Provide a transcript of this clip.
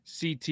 CT